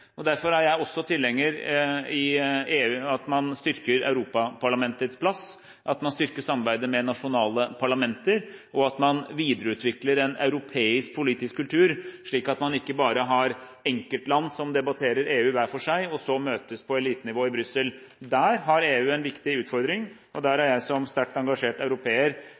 og derfor er jeg også tilhenger i EU av at man styrker Europaparlamentets plass, at man styrker samarbeidet med nasjonale parlamenter, og at man videreutvikler en europeisk politisk kultur, slik at man ikke bare har enkeltland som debatterer EU hver for seg, og så møtes på elitenivå i Brussel. Der har EU en viktig utfordring, og der deltar – som sterkt engasjert europeer